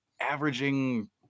averaging